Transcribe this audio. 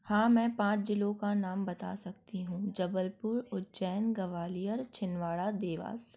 हाँ मैं पाँच जिलों का नाम बता सकती हूँ जबलपुर उज्जैन ग्वालियर छिंदवाड़ा देवास